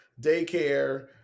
daycare